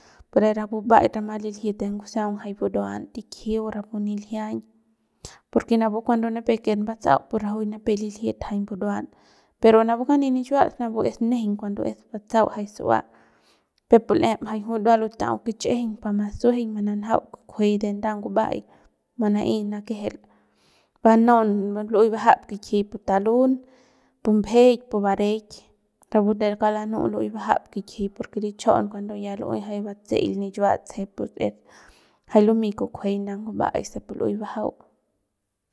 Pore rapu mba'aik rama liljit de ngusaung jay buruan tikjiu rapu niljiañ porque rapu cuando nipe ken mbatsa'au pu rajuik nipep liljit jay mburuan pero napu kani nichiuats napu es nejeiñ cuando es batsa'au jay su'a jay peuk pu l'eje jay juy ndua luta'au kichꞌijiñ pa masuejeiñ mananjau kukjuey de nda nguba'ay manaey manakejel banaun lu'uey bajap kukji'i pu talung pu mbejeik pu bareik rapu re kauk lanu'u lu'uey bajap kikji porque lichjon cuando ya jay lu'uey jay batse'el nichiuats tsejep pus es jay lumey kukjuey pu nguba'ay se lu'uey bajau.